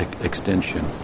extension